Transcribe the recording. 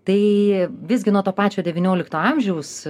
tai visgi nuo to pačio devyniolikto amžiaus